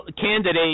candidate